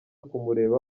kumureba